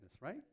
right